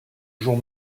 jour